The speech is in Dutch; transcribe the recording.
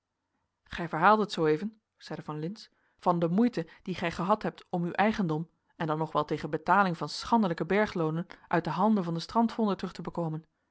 gij verhaaldet zooeven zeide van lintz van de moeite die gij gehad hebt om uw eigendom en dan nog wel tegen betaling van schandelijke bergloonen uit de handen van den strandvonder terug te bekomen